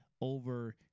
over